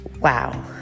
Wow